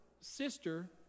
sister